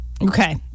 Okay